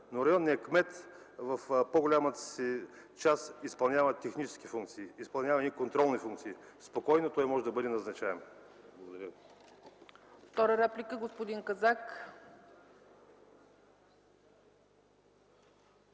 районният кмет изпълнява технически функции, изпълнява контролни функции. Спокойно той може да бъде назначен. Благодаря.